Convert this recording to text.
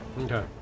Okay